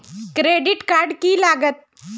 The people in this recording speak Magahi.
क्रेडिट कार्ड की लागत?